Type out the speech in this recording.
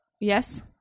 Yes